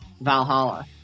Valhalla